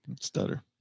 Stutter